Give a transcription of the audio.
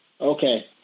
Okay